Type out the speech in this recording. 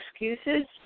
excuses